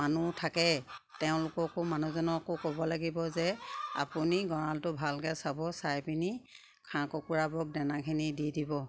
মানুহ থাকে তেওঁলোককো মানুহজনকো ক'ব লাগিব যে আপুনি গঁৰালটো ভালকে চাব চাই পিনি হাঁহ কুকুৰাবোৰক দানাখিনি দি দিব